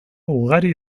ugari